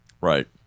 Right